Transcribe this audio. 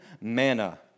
manna